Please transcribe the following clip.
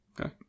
Okay